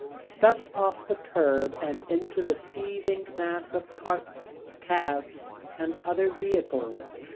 stepped off the kerb and into the seething mass of carts, cabs, and other vehicles,